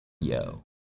yo